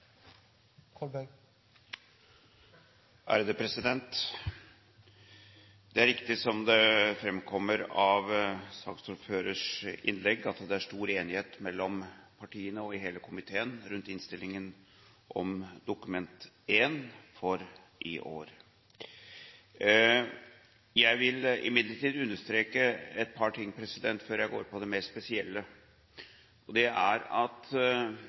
stor enighet mellom partiene og i hele komiteen rundt innstillingen om Dokument 1 for i år. Jeg vil imidlertid understreke et par ting før jeg går på det mer spesielle. En diskusjon i denne sal om Dokument 1 skal selvfølgelig – og det er